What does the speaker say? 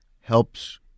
helps